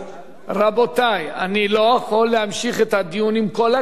רבותי, אני לא יכול להמשיך את הדיון, עם כל הכבוד.